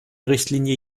richtlinie